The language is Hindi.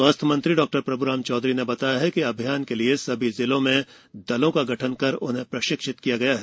स्वास्थ्य मंत्री डॉ प्रभ्राम चौधरी ने बताया है कि अभियान के लिये सभी जिलों में दलों का गठन कर उन्हें प्रशिक्षित किया गया है